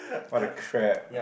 what a crap ah